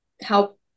help